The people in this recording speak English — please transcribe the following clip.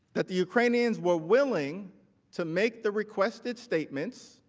that the ukrainians were willing to make the requested statements,